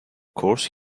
course